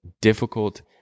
difficult